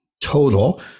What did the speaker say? total